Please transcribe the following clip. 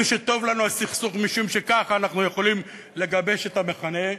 ושטוב לנו הסכסוך משום שכך אנחנו יכולים לגבש את המכנה,